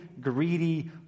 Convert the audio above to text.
greedy